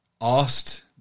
asked